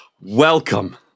Welcome